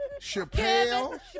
Chappelle